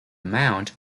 mount